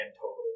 total